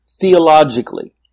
theologically